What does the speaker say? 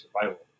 survival